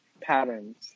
patterns